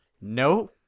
no